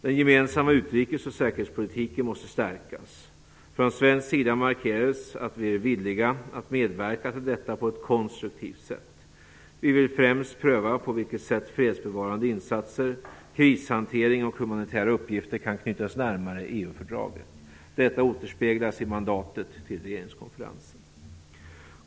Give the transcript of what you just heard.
Den gemensamma utrikes och säkerhetspolitiken måste stärkas. Från svensk sida markerades att vi är villiga att medverka till detta på ett konstruktivt sätt. Vi vill främst pröva på vilket sätt fredsbevarande insatser, krishantering och humanitära uppgifter kan knytas närmare EU-fördraget. Detta återspeglas i mandatet till regeringskonferensen.